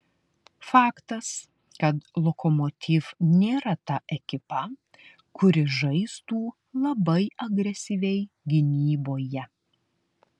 faktas kad lokomotiv nėra ta ekipa kuri žaistų labai agresyviai gynyboje